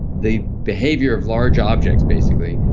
the behavior of large objects basically,